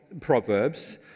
Proverbs